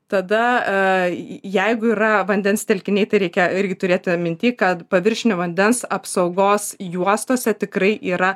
tada į jeigu yra vandens telkiniai tai reikia irgi turėti mintyje kad paviršinio vandens apsaugos juostose tikrai yra